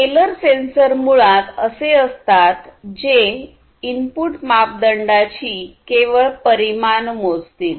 scalar sensor मुळात असे असतात जे इनपुट मापदंडाची केवळ परिमाण मोजतील